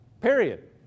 Period